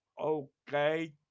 Okay